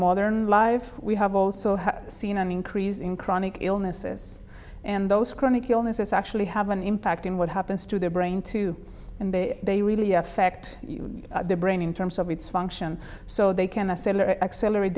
modern life we have also seen an increase in chronic illnesses and those chronic illnesses actually have an impact in what happens to their brain too and they really affect the brain in terms of its function so they can sell or accelerate